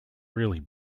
really